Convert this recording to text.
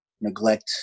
neglect